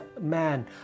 man